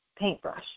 paintbrush